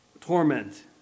torment